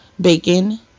bacon